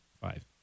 five